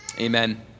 Amen